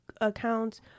accounts